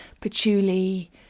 patchouli